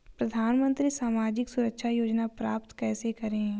प्रधानमंत्री सामाजिक सुरक्षा योजना प्राप्त कैसे करें?